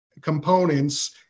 components